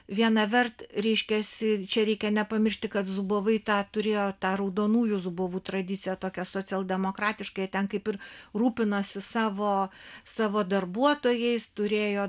viena vert reiškiasi čia reikia nepamiršti kad zubovai tą turėjo tą raudonųjų zubovų tradiciją tokią socialdemokratiškąją ten kaip ir rūpinasi savo savo darbuotojais turėjo